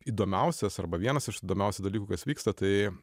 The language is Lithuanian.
įdomiausias arba vienas iš įdomiausių dalykų kas vyksta tai